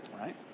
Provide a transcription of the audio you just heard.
right